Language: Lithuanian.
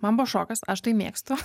man buvo šokas aš tai mėgstu